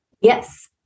Yes